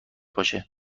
باشد